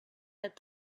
that